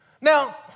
Now